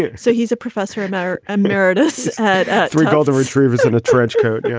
yeah so he's a professor and chair emeritus at three golden retrievers and a trench coat. yeah